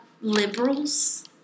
liberals